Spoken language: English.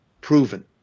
proven